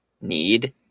need